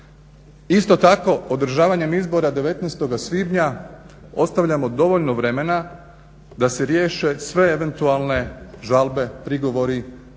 Isto tako održavanjem izbora 19. svibnja ostavljamo dovoljno vremena da se riješe sve eventualne žalbe, prigovori